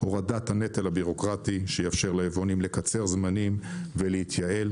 הורדת הנטל הבירוקרטי שיאפשר ליבואנים לקצר זמנים ולהתייעל,